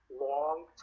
long